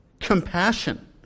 compassion